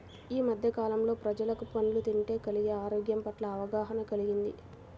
యీ మద్దె కాలంలో ప్రజలకు పండ్లు తింటే కలిగే ఆరోగ్యం పట్ల అవగాహన కల్గింది